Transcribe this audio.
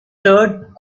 third